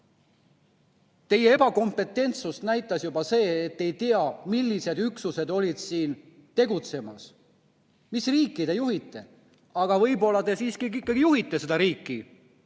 Teie ebakompetentsust näitas juba see, et te ei tea, millised üksused olid siin tegutsemas. Mis riiki te juhite? Aga võib-olla te siiski ikkagi juhite seda riiki.